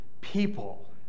people